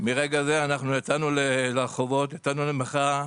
מרגע זה אנחנו יצאנו לרחובות, יצאנו למחאה.